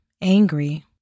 angry